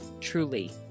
truly